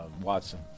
Watson